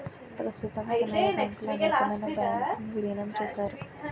ప్రస్తుతం కెనరా బ్యాంకులో అనేకమైన బ్యాంకు ను విలీనం చేశారు